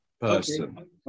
person